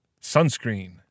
Sunscreen